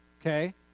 okay